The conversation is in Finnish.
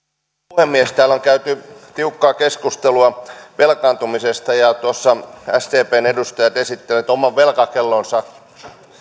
puhemies täällä on käyty tiukkaa keskustelua velkaantumisesta tuossa sdpn edustajat esittivät oman velkakellonsa